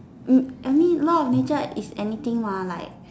mm I mean law of nature is anything mah like